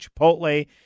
Chipotle